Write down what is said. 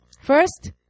First